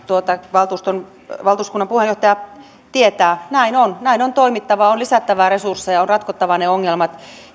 valtuuskunnan puheenjohtaja tietää näin on näin on toimittava on lisättävä resursseja on ratkottava ne ongelmat